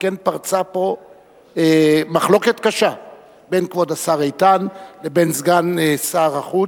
שכן פרצה פה מחלוקת קשה בין כבוד השר איתן לבין סגן שר החוץ,